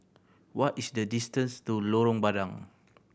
what is the distance to Lorong Bandang